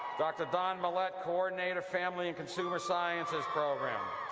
dr. dawn mallette, coordinator, family and consumer sciences program